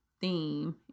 theme